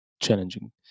challenging